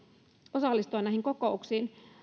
osallistua näihin kokouksiin